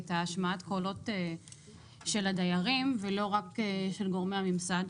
את השמעת הקולות של הדיירים ולא רק של גורמי הממסד,